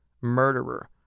Murderer